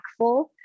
impactful